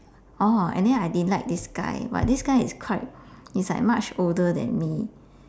orh and then I didn't like this guy but this guy is quite is like much older than me